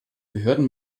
behörden